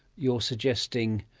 you're suggesting,